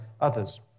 others